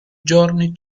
giorni